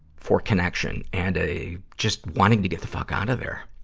for connection and a, just wanting to get the fuck out of there.